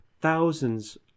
Thousands